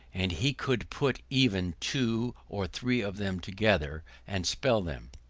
and he could put even two or three of them together and spell them.